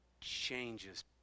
changes